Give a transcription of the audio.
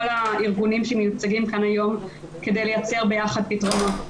הארגונים שמיוצגים כאן היום כדי לייצר יחד פתרונות.